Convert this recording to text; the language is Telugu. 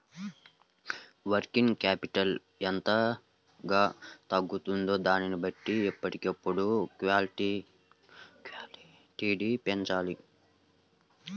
వర్కింగ్ క్యాపిటల్ ఎంతగా తగ్గుతుందో దానిని బట్టి ఎప్పటికప్పుడు లిక్విడిటీ పెంచాలి